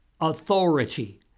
authority